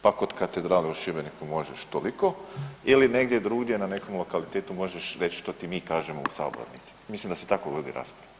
Pa kod katedrale u Šibeniku možeš toliko, ili negdje druge, na nekom lokalitetu možeš reći što ti mi kažemo u sabornici, mislim da se tako vodi rasprava.